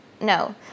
No